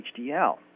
HDL